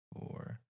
four